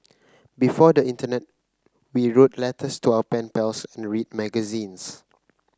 before the internet we wrote letters to our pen pals and read magazines